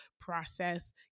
process